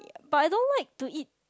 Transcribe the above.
but I don't like to eat